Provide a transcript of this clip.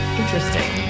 interesting